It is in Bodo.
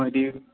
माबायदि